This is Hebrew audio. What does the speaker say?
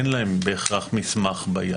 אין להם בהכרח במסמך ביד.